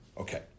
Okay